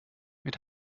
mit